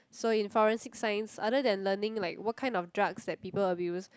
so in forensic science other than learning like what kind of drugs that people abuse